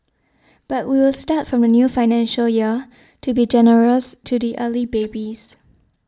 but we will start from the new financial year to be generous to the early babies